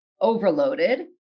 overloaded